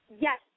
Yes